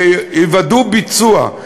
שיוודאו ביצוע.